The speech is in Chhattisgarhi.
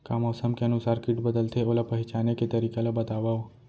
का मौसम के अनुसार किट बदलथे, ओला पहिचाने के तरीका ला बतावव?